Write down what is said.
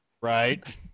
Right